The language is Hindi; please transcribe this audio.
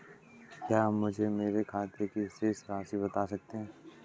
आप मुझे मेरे खाते की शेष राशि बता सकते हैं?